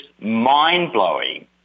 mind-blowing